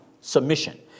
Submission